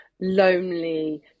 lonely